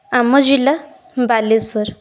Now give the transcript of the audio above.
ଆମ ଜିଲ୍ଲା ବାଲେଶ୍ୱର